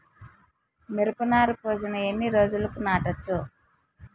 మిరప నారు పోసిన ఎన్ని రోజులకు నాటచ్చు?